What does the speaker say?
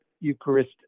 Eucharist